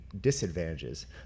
disadvantages